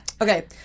okay